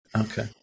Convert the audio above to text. Okay